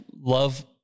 love